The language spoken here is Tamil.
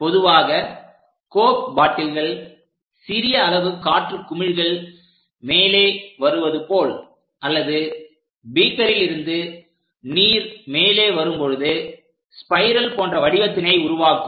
பொதுவாக கோக் பாட்டில்களில் சிறிய அளவு காற்று குமிழ்கள் மேலே வருவது போல் அல்லது பீக்கரில் இருந்து நீர் மேலே வரும் பொழுது ஸ்பைரல் போன்ற வடிவத்தினை உருவாக்கும்